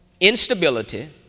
instability